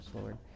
Lord